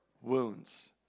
wounds